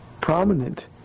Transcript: prominent